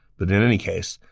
but in any case,